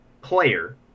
player